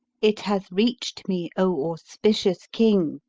it hath reached me, o auspicious king,